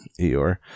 Eeyore